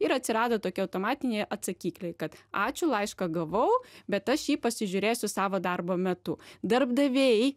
ir atsirado tokie automatiniai atsakikliai kad ačiū laišką gavau bet aš jį pasižiūrėsiu savo darbo metu darbdaviai